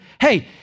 Hey